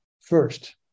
first